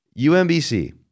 UMBC